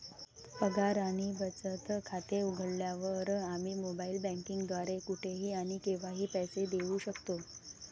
पगार आणि बचत खाते उघडल्यावर, आम्ही मोबाइल बँकिंग द्वारे कुठेही आणि केव्हाही पैसे देऊ शकतो